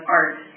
art